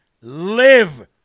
Live